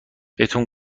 بهتون